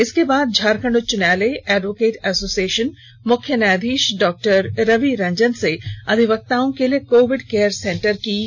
इसके बाद झारखंड उच्च न्यायालय एडवोकेट एसोसिएशन मुख्य न्यायधीश डॉ रवि रंजन से अधिवक्ताओं के लिए कोविड केयर सेंटर की मांग कर रहा था